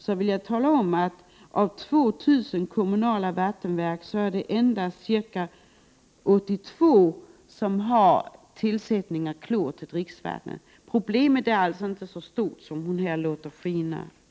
Jag vill då tala om att av 2 000 kommunala vattenverk är det endast 82 som tillsätter klor till dricksvattnet. Problemet är alltså inte så stort som Annika Åhnberg låter påskina.